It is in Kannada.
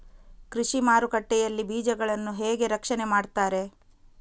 ಕೃಷಿ ಮಾರುಕಟ್ಟೆ ಯಲ್ಲಿ ಬೀಜಗಳನ್ನು ಹೇಗೆ ರಕ್ಷಣೆ ಮಾಡ್ತಾರೆ?